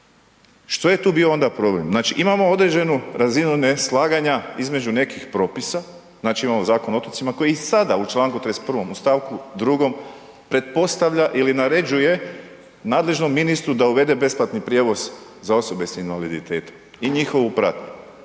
Što je tu bio onda problem, znači imamo određenu razinu neslaganja između nekih propisa. Znači imamo Zakon o otocima koji i sada u čl. 31. u st. 2. pretpostavlja ili naređuje nadležnom ministru da uvede besplatni prijevoz za osobe s invaliditetom i njihovu pratnju.